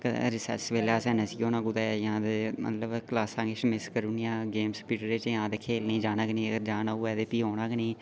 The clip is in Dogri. सवेला नस्सी औना कुतै इ'यां मतलब क्लासां मिस करी औड़नियां गेमस क्रिकेट खेलने गी जाना फ्ही औना गै नेईं